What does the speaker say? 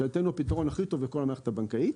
שאני נותן לו פתרון הכי טוב בכל המערכת הבנקאית.